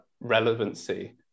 relevancy